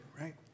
right